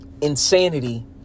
insanity